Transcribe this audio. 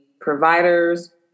providers